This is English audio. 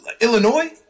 Illinois